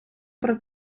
про